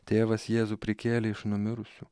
tėvas jėzų prikėlė iš numirusių